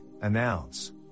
announce